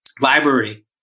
library